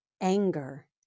anger